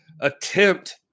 attempt